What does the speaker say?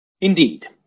Indeed